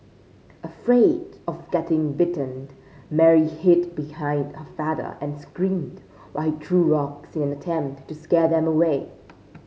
afraid of getting bitten Mary hid behind her father and screamed while he threw rocks in an attempt to scare them away